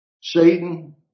Satan